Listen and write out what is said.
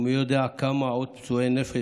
ומי יודע כמה עוד פצועי נפש,